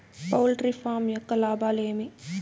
poultry farm యొక్క లాభాలు ఏమి